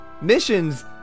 missions